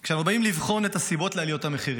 כשאנחנו באים לבחון את הסיבות לעליות המחירים,